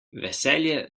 veselje